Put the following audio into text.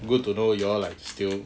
good to know you all like still